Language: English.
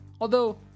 Although